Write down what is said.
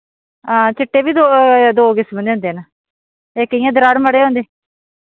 हां चिट्टे वी दो दो किस्में दे होंदे न इक इ'यां द्रढ़मड़े होंदे